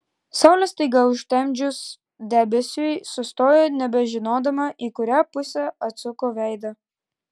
saulę staiga užtemdžius debesiui sustojo nebežinodama į kurią pusę atsuko veidą